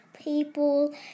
people